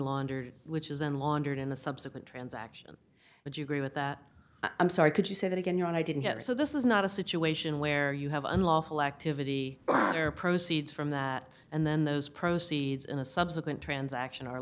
laundered which is then laundered in a subsequent transaction but you agree with that i'm sorry could you say that again your i didn't get so this is not a situation where you have unlawful activity or proceeds from that and then those proceeds in a subsequent transaction